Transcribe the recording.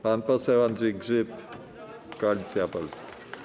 Pan poseł Andrzej Grzyb, Koalicja Polska.